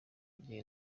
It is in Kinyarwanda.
igihe